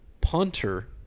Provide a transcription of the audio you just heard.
punter